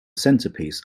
centrepiece